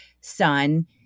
son